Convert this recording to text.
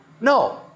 No